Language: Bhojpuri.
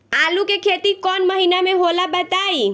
आलू के खेती कौन महीना में होला बताई?